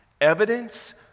evidence